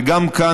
וגם כאן,